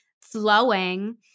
flowing